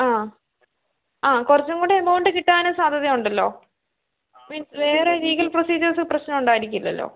ആ ആ കുറച്ചും കൂടി എമൗണ്ട് കിട്ടാനും സാധ്യതയുണ്ടല്ലോ മീന്സ് വേറെ ലീഗൽ പ്രൊസീജിയേഴ്സ് പ്രശ്നമുണ്ടായിരിക്കില്ലല്ലോ